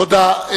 תודה.